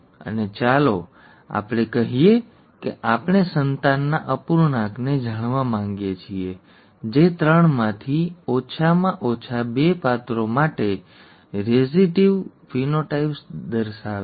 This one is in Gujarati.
અને ચાલો આપણે કહીએ કે આપણે સંતાનના અપૂર્ણાંકને જાણવા માંગીએ છીએ જે ત્રણમાંથી ઓછામાં ઓછા બે પાત્રો માટે રિસેસિવ ફેનોટાઇપ્સ દર્શાવે છે